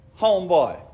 Homeboy